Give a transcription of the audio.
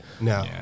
No